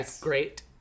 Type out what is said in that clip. great